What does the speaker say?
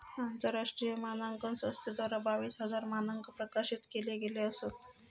आंतरराष्ट्रीय मानांकन संस्थेद्वारा बावीस हजार मानंक प्रकाशित केले गेले असत